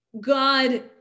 God